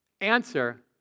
Answer